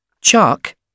Chuck